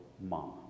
mom